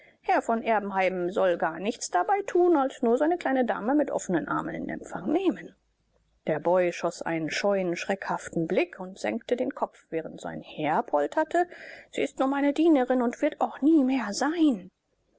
herr von erbenheim soll gar nichts dabei tun als nur seine kleine dame mit offnen armen in empfang nehmen der boy schoß einen scheuen schreckhaften blick und senkte den kopf während sein herr polterte sie ist nur meine dienerin und wird auch nie mehr sein